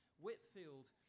Whitfield